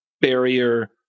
barrier